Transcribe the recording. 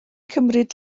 cymryd